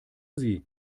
sie